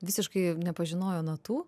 visiškai nepažinojo natų